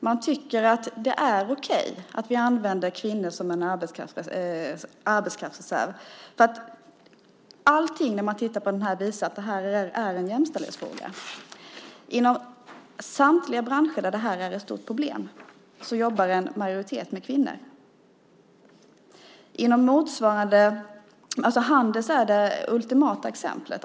Man tycker att det är okej att vi använder kvinnor som en arbetskraftsreserv. När man tittar på frågan ser man att det alltigenom är en jämställdhetsfråga. Inom samtliga branscher där detta är ett stort problem är majoriteten av dem som jobbar kvinnor. Handels är det ultimata exemplet.